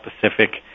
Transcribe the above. Pacific